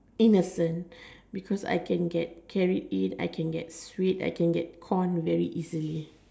innocent because I can carried in I can get tricked I can get conned very easily